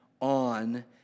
on